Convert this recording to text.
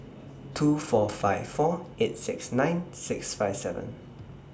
two four five four eight six nine six five seven